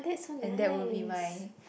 and that will be my